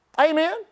Amen